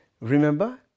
Remember